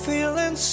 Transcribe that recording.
Feeling